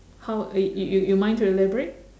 how you you you you you mind to elaborate